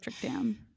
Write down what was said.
dam